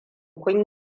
kun